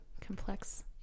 complex